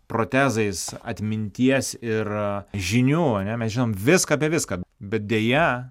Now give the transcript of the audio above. protezais atminties ir žinių ane mes žinom viską apie viską bet deja